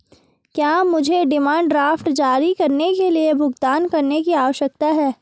क्या मुझे demand draft जारी करने के लिए भुगतान करने की आवश्यकता है?